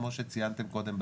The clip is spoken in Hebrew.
כמו שציינתם קודם,